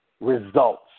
results